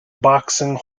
boxing